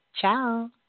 Ciao